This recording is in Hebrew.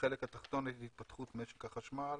ובחלק התחתון את התפתחות משק החשמל.